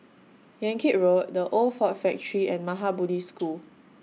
Yan Kit Road The Old Ford Factory and Maha Bodhi School